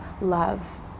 love